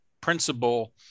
principle